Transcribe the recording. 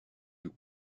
doux